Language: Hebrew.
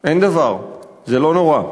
אין דבר זה לא נורא,